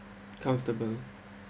comfortable